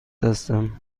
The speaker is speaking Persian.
هستم